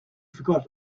forgot